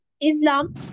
Islam